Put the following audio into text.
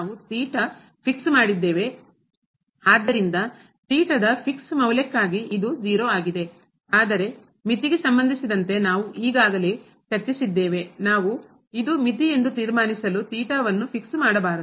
ಆದ್ದರಿಂದ the fix ಮೌಲ್ಯಕ್ಕಾಗಿ ಇದು 0 ಆಗಿದೆ ಆದರೆ ಮಿತಿಗೆ ಸಂಬಂಧಿಸಿದಂತೆ ನಾವು ಈಗಾಗಲೇ ಚರ್ಚಿಸಿದ್ದೇವೆ ನಾವು ಇದು ಮಿತಿ ಎಂದು ತೀರ್ಮಾನಿಸಲು ವನ್ನು ಫಿಕ್ಸ್ ಮಾಡಬಾರದು